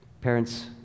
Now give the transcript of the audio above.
Parents